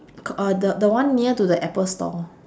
c~ uh the the one near to the apple store